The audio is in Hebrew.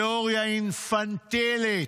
תיאוריה אינפנטילית,